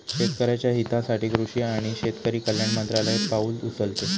शेतकऱ्याच्या हितासाठी कृषी आणि शेतकरी कल्याण मंत्रालय पाउल उचलते